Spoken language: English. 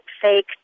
fake